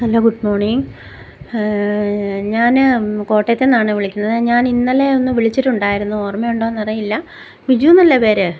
hello good morning ഞാൻ കോട്ടയത്ത് നിന്നാണ് വിളിക്കുന്നത് ഞാൻ ഇന്നലെ ഒന്ന് വിളിച്ചിട്ടുണ്ടായിരുന്നു ഓർമ്മയുണ്ടോ എന്നറിയില്ല ബിജു എന്നല്ലേ പേര്